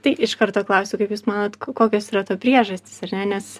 tai iš karto klausiu kaip jūs manot kokios yra to priežastys ar ne nes